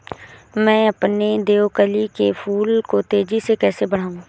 मैं अपने देवकली के फूल को तेजी से कैसे बढाऊं?